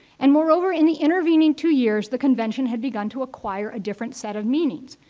and moreover, in the intervening two years the convention had begun to acquire a different set of meanings.